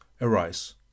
arise